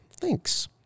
Thanks